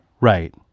Right